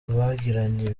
bagiranye